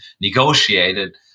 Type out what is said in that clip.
negotiated